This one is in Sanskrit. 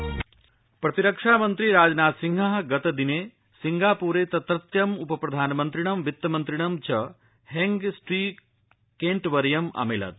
राजनाथ सिंगापुरम् प्रतिरक्षा मन्त्री राजनाथ सिंहः गतदिने सिंगापुरे तत्रत्यम् उप प्रधानमन्त्रिणं वित्तमन्त्रिणं च हेंग स्वी केट वर्यम् अमिलत्